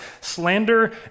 Slander